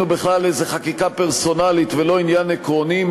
בכלל איזו חקיקה פרסונלית ולא עניין עקרוני?